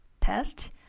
test